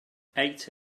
ate